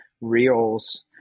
Reels